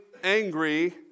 angry